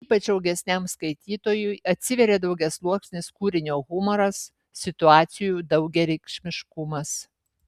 ypač augesniam skaitytojui atsiveria daugiasluoksnis kūrinio humoras situacijų daugiareikšmiškumas